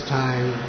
time